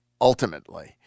ultimately